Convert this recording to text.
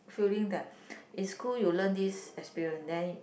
feeling that in school you learn this experience then